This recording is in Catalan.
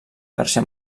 verge